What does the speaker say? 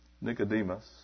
Nicodemus